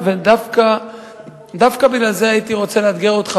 דווקא בגלל זה הייתי רוצה לאתגר אותך